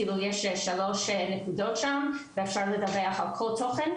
יש שלוש נקודות שם ואפשר לדווח על כל תוכן,